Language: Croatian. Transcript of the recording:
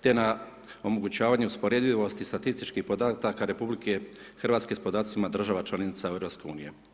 te na omogućavanju usporedivosti statističkih podataka RH s podacima članica EU-a.